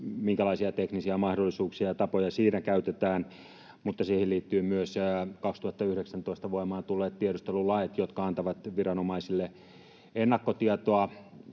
minkälaisia teknisiä mahdollisuuksia ja tapoja siinä käytetään, mutta siihen liittyvät myös 2019 voimaan tulleet tiedustelulait, joiden nojalla viranomaiset voivat